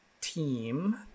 team